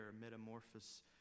metamorphosis